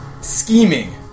scheming